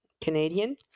Canadian